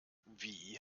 wie